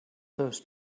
those